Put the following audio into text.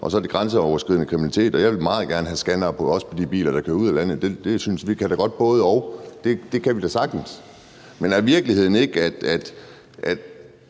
Så er der den grænseoverskridende kriminalitet, og jeg vil også meget gerne have scannere på de biler, der kører ud af landet. Vi kan da godt gøre både-og. Det kan vi da sagtens. Men er virkeligheden ikke, at